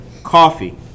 coffee